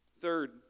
Third